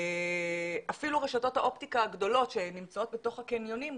אפילו רשתות האופטיקה הגדולות שנמצאות בתוך הקניונים,